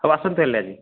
ହଉ ଆସନ୍ତୁ ତା ହେଲେ ଆଜି